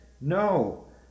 No